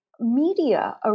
media